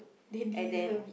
they deserve it